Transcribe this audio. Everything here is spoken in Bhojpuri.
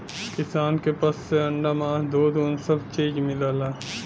किसान के पसु से अंडा मास दूध उन सब चीज मिलला